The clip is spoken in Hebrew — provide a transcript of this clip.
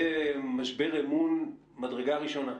זה משבר אמון ממדרגה ראשונה.